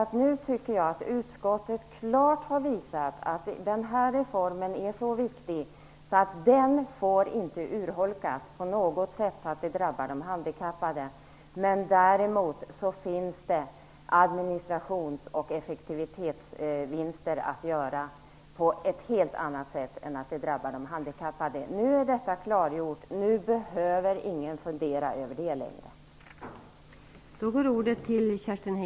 Utskottet har nu klart visat att den här reformen är så pass viktig att den inte på något sätt får urholkas så att det drabbar de handikappade. Däremot finns det administrations och effektivitetsvinster att göra på ett helt annat sätt som inte drabbar de handikappade. Detta är därmed klargjort. Nu behöver ingen fundera över det längre.